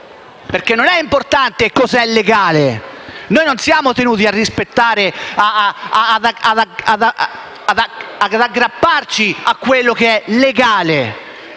perché non è importante cosa è legale. Noi non siamo tenuti ad aggrapparci a quello che è legale,